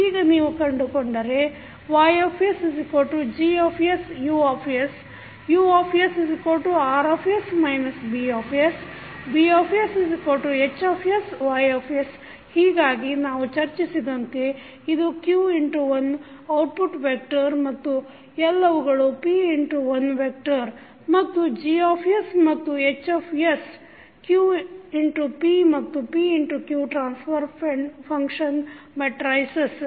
ಈಗ ನೀವು ಕಂಡುಕೊಂಡರೆ YsGsUs UsRs Bs BsHsYs ಹೀಗಾಗಿ ನಾವು ಚರ್ಚಿಸಿದಂತೆ ಇದು q×1 ಔಟ್ಪುಟ್ ವೆಕ್ಟರ್ ಮತ್ತು ಎಲ್ಲವುಗಳು p×1 ವೇಕ್ಟರ್ ಮತ್ತು G ಮತ್ತು H q×pಮತ್ತು p×q ಟ್ರಾನ್ಸ್ಫರ್ ಫಂಕ್ಷನ್ ಮೆಟ್ರೈಸಸ್